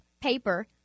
paper